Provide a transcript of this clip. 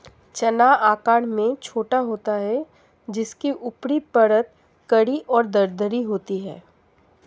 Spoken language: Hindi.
चना आकार में छोटा होता है जिसकी ऊपरी परत कड़ी और दरदरी होती है